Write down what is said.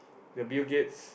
the Bill-Gates